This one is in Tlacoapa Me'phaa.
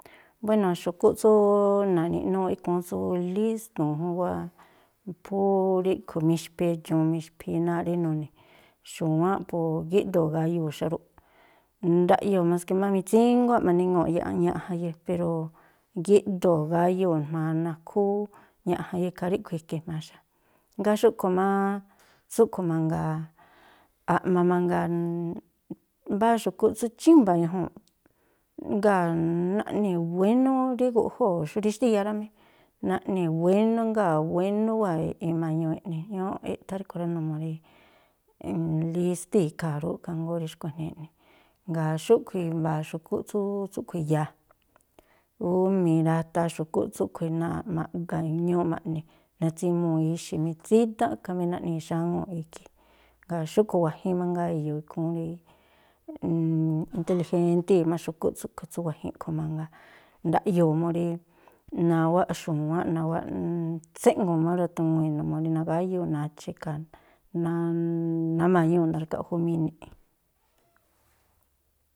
Buéno̱, xu̱kúꞌ tsú na̱ni̱ꞌnúúꞌ ikhúún tsú lístu̱un jún wáa̱ phú mixphi edxu̱un mixphi náa̱ꞌ rí nuni̱. Xu̱wáánꞌ po gíꞌdoo̱ gayuu̱ xa rú, ndaꞌyoo̱ maske má mitsínguá ma̱niŋuu̱ꞌ ya̱ꞌ ña̱ꞌjanye, pero gíꞌdoo̱ gayuu̱ jma̱a nakhúú ña̱ꞌjanye, ikhaa ríꞌkhui̱ e̱ke̱ jma̱a xa. Jngáa̱ xúꞌkhui̱ má tsúꞌkhui̱ mangaa a̱ꞌma mangaa, mbáá xu̱kúꞌ tsú chímba̱a̱ ñajuu̱nꞌ, jngáa̱ naꞌnii̱ wénú rí guꞌjóo̱ xú rí xtíya rá mí. Naꞌnii̱ wénú jngáa̱ wénú wáa̱ ima̱ñuu̱ eꞌnii̱, ñúúꞌ eꞌthá ríꞌkhui̱ rá, numuu rí lístíi̱ ikhaa̱ rúꞌ ikhaa jngóó rí xkua̱ꞌnii eꞌnii̱, jngáa̱ xúꞌkhui̱ i̱mba̱a̱ xu̱kúꞌ tsú tsúꞌkhui̱ ya̱a, phú mirataa xu̱kúꞌ tsúꞌkhui̱ náa̱ꞌ ma̱ꞌga ñúúꞌ ma̱ꞌni, natsimuu̱ ixi̱ mitsídánꞌ khamí naꞌnii̱ xáŋúu̱ꞌ ikhí. Jngáa̱ xúꞌkhui̱ wa̱jin mangaa e̱yo̱o̱ ikhúún rí intelijéntíi̱ ma̱ xu̱kúꞌ tsúꞌkhui̱ tsú wa̱jin a̱ꞌkhui̱ mangaa, ndaꞌyoo̱ mú rí nawáꞌ xu̱wáánꞌ nawáꞌ tséꞌnguu̱n má úra̱tuwii̱n numuu rí nagáyúu̱ nacha̱ ikhaa̱, nama̱ñuu̱ narkaꞌjumini̱ꞌ.